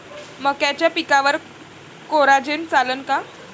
मक्याच्या पिकावर कोराजेन चालन का?